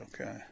okay